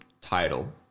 title